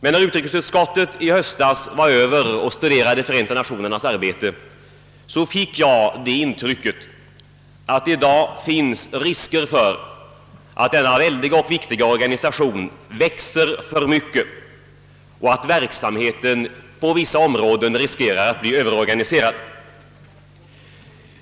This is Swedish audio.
När utrikesutskottet i-ehöstas'i Amerika studerade Förenta Nationernas arbete, fick jag emellertid det intrycket att det finns risk för att denna väldiga och viktiga organisation växer för mycket och att verksamheten på vissa områden riskerar att bli överorganiserad.